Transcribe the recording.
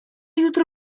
jutro